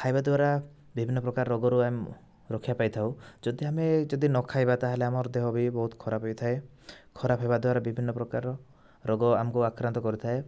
ଖାଇବା ଦ୍ୱାରା ବିଭିନ୍ନ ପ୍ରକାର ରୋଗରୁ ଆମେ ରକ୍ଷା ପାଇଥାଉ ଯଦି ଆମେ ଯଦି ନ ଖାଇବା ତା'ହେଲେ ଆମର ଦେହ ବି ବହୁତ ଖରାପ ହୋଇଥାଏ ଖରାପ ହେବା ଦ୍ୱାରା ବିଭିନ୍ନ ପ୍ରକାର ରୋଗ ଆମକୁ ଆକ୍ରାନ୍ତ କରିଥାଏ